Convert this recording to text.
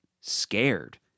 scared